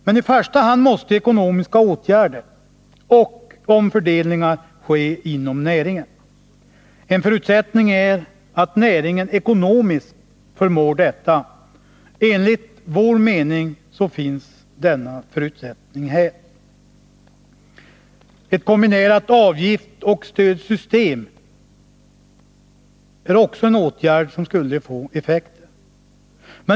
Men i första hand måste ekonomiska åtgärder vidtas och omfördelningar ske inom näringen. En förutsättning är att näringen ekonomiskt förmår göra detta. Enligt vår mening finns denna förutsättning här. Införandet av ett kombinerat avgiftsoch stödsystem är också en åtgärd som skulle få effekter.